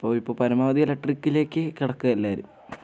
അപ്പോൾ ഇപ്പോൾ പരമാവധി യെലട്രിക്കിലേക്ക് കടക്കുകയാ എല്ലാവരും